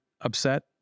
upset